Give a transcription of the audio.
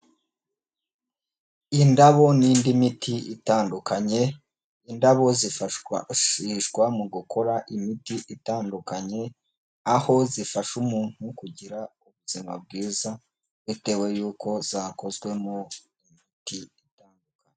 Indabo n'indi miti itandukanye, indabo zifashishwa mu gukora imiti itandukanye aho zifasha umuntu kugira ubuzima bwiza bitewe n'uko zakozwemo imiti itandukanye.